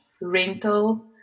rental